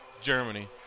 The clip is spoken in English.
Germany